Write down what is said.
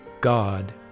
God